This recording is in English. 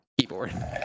keyboard